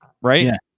right